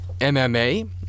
MMA